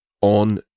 On